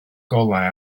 golau